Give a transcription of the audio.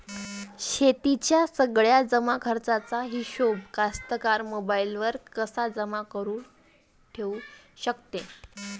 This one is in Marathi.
शेतीच्या सगळ्या जमाखर्चाचा हिशोब कास्तकार मोबाईलवर कसा जमा करुन ठेऊ शकते?